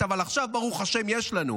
מסורת, אבל עכשיו, ברוך השם, יש לנו.